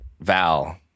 val